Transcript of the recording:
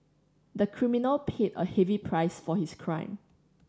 the criminal paid a heavy price for his crime